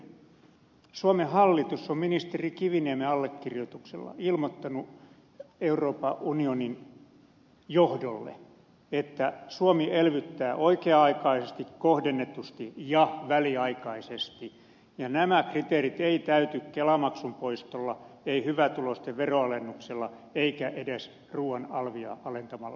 heinonen suomen hallitus on ministeri kiviniemen allekirjoituksella ilmoittanut euroopan unionin johdolle että suomi elvyttää oikea aikaisesti kohdennetusti ja väliaikaisesti ja nämä kriteerit eivät täyty kelamaksun poistolla ei hyvätuloisten veronalennuksilla eikä edes ruuan alvia alentamalla